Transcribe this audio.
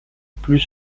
plus